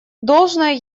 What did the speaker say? должное